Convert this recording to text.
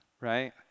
right